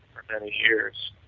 for many years,